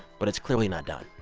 but it's clearly not done,